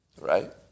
right